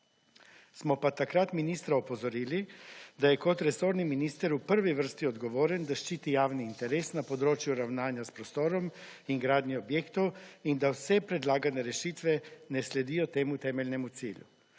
Smo pa takrat ministra opozorili, da je kot resorni minister v prvi vrsti odgovoren, da ščiti javni interes na področju ravnanja s prostorom in gradnjo objektov in da vse predlagane rešitve ne sledijo temu temeljnemu cilju.